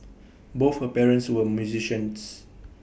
both her parents were musicians